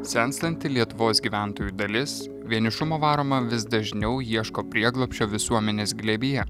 senstanti lietuvos gyventojų dalis vienišumo varoma vis dažniau ieško prieglobsčio visuomenės glėbyje